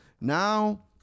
Now